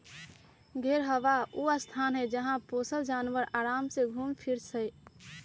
घेरहबा ऊ स्थान हई जहा पोशल जानवर अराम से घुम फिरइ छइ